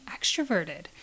extroverted